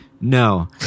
No